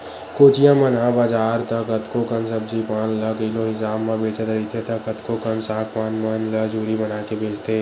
कोचिया मन ह बजार त कतको कन सब्जी पान ल किलो हिसाब म बेचत रहिथे त कतको कन साग पान मन ल जूरी बनाके बेंचथे